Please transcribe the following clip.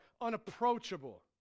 unapproachable